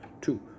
two